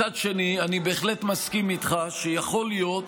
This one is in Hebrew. מצד שני, אני בהחלט מסכים איתך, יכול להיות